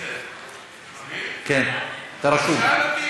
כן, אתה רשום.